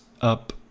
up